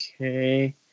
Okay